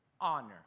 honor